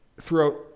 throughout